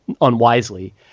unwisely